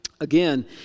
Again